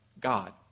God